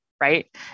right